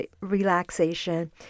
relaxation